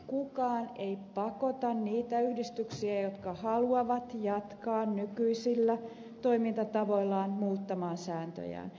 kukaan ei pakota niitä yhdistyksiä jotka haluavat jatkaa nykyisillä toimintatavoillaan muuttamaan sääntöjään